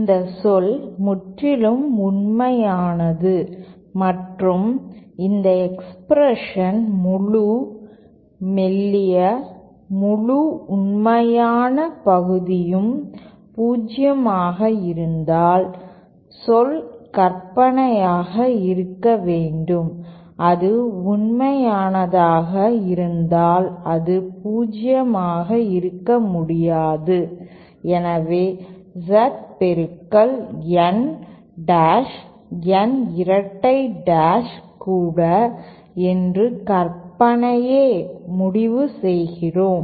இந்த சொல் முற்றிலும் உண்மையானது மற்றும் இந்த எக்ஸ்பிரஷன் முழு மெல்லிய முழு உண்மையான பகுதியும் 0 ஆக இருந்தால் சொல் கற்பனையாக இருக்க வேண்டும்அது உண்மையானதாக இருந்தால் அது 0 ஆக இருக்க முடியாது எனவே Z பெருக்கல் N டாஷ் N இரட்டை டாஷ் கூட என்று கற்பனையே முடிவு செய்கிறோம்